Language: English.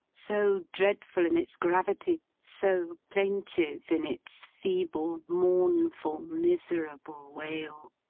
so dreadful in its gravity, so plaintive in its feeble, mournful, miserable wail.